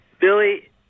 Billy